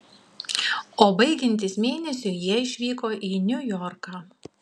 o baigiantis mėnesiui jie išvyko į niujorką